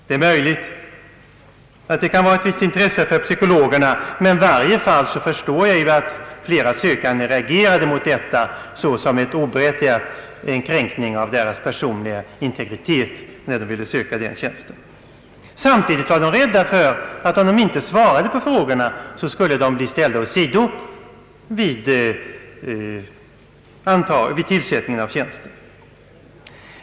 Det är möjligt att det kan vara av ett visst intresse för psykologerna, men i varje fall förstår jag att flera sökande reagerade mot denna utfrågning såsom en oberättigad kränkning av deras personliga integritet. Samtidigt var de rädda för att de skulle bli ställda åt sidan vid tillsättandet av tjänsten, om de inte svarade på frågorna.